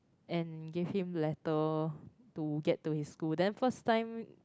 and give him letter to get to his school then first time